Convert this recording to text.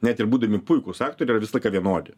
net ir būdami puikūs aktoriai yra visą laiką vienodi